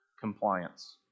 compliance